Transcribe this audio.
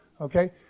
Okay